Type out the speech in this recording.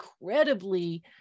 incredibly